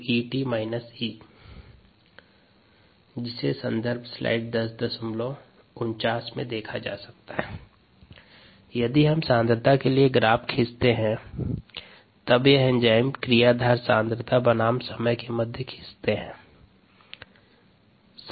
ESEt E संदर्भ slide time 1049 यदि हम सांद्रता के लिए ग्राफ खींचते हैं तब यह एंजाइम क्रिया धार सांद्रता बनाम समय के मध्य खींचते हैं